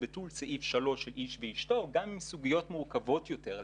את ביטול סעיף 3 של "איש ואשתו" גם עם סוגיות מורכבות יותר.